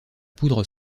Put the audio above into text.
poudre